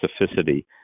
specificity